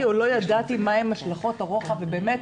או לא ידעתי מהן השלכות הרוחב ובאמת